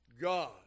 God